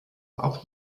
auch